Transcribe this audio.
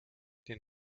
den